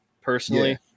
personally